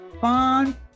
Fun